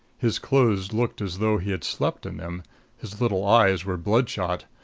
his clothes looked as though he had slept in them his little eyes were bloodshot.